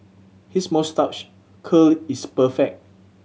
his moustache curl is perfect